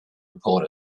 report